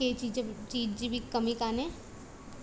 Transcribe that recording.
के चीज ज चीज जी बि कमी कान्हे